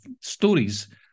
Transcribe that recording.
stories